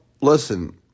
Listen